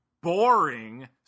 boring